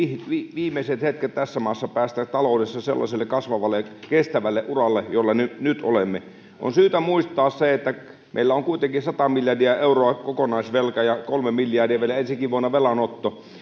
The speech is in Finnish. viimeiset hetket tässä maassa päästä taloudessa sellaiselle kasvavalle ja kestävälle uralle jolla nyt nyt olemme on syytä muistaa että meillä on on kuitenkin sata miljardia euroa kokonaisvelka ja kolme miljardia vielä ensi vuonnakin velanotto